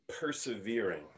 persevering